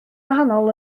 wahanol